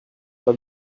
pas